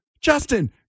Justin